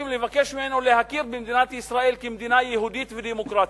להכיר במדינת ישראל כמדינה יהודית ודמוקרטית.